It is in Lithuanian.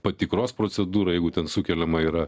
patikros procedūra jeigu ten sukeliama yra